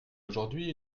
aujourd’hui